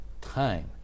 time